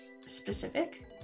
specific